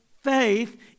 faith